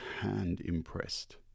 hand-impressed